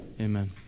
Amen